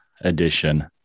edition